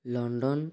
London